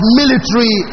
military